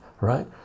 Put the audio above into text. right